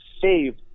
save